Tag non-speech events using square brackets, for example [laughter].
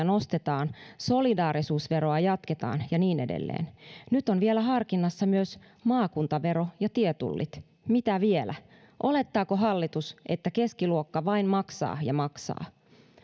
[unintelligible] nostetaan solidaarisuusveroa jatketaan ja niin edelleen [unintelligible] [unintelligible] [unintelligible] [unintelligible] nyt on vielä harkinnassa myös maakuntavero ja tietullit mitä vielä olettaako hallitus että keskiluokka vain maksaa ja maksaa